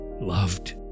loved